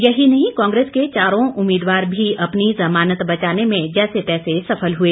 यही नहीं कांग्रेस के चारों उम्मीदवार भी अपनी जमानत बचाने में जैसे तैसे सफल हुए